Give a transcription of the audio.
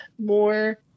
more